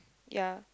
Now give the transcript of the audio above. ya